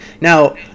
now